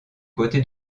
côté